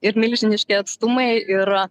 ir milžiniški atstumai ir